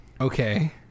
Okay